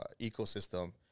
ecosystem